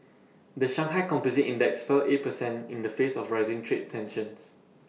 the Shanghai composite index fell eight percent in the face of rising trade tensions